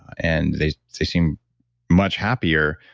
and they seem much happier.